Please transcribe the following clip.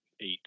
Eight